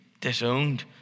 disowned